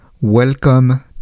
welcome